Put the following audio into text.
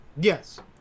Yes